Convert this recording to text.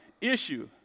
issue